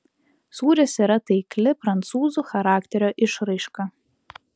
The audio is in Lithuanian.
sūris yra taikli prancūzų charakterio išraiška